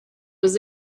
was